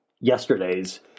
yesterday's